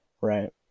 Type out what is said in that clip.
right